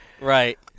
Right